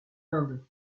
inde